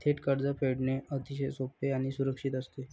थेट कर्ज फेडणे अतिशय सोपे आणि सुरक्षित असते